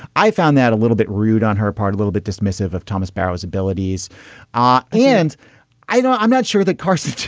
i found that a little bit rude on her part a little bit dismissive of thomas barrows abilities ah and i don't i'm not sure that carson.